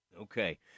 Okay